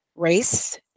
race